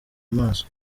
amaso